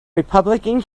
republican